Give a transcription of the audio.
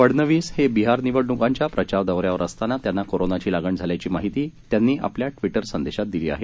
फडनवीस हे बिहार निवडणुकांच्या प्रचार दौऱ्यावर असताना त्यांना कोरोनाची लागण झाली अशी माहिती त्यांनी आपल्या ट्वीटर संदेशात दिली आहे